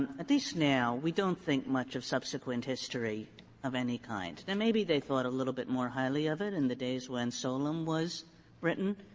at least now, we don't think much of subsequent history of any kind. now, maybe they thought a little bit more highly of it in the days when solem was written,